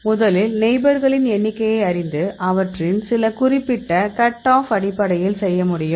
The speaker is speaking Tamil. முதலில் நெய்பர்களின் எண்ணிக்கையை அறிந்து அவற்றின் குறிப்பிட்ட கட் ஆப் அடிப்படையில் செய்ய முடியும்